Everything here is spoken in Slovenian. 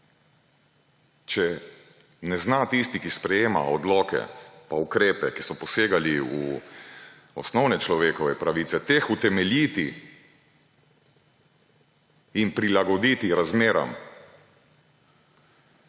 Če ne zna tisti, ki sprejema odloke pa ukrepe, ki so posegali v osnovne človekove pravice, teh utemeljiti in prilagoditi razmeram,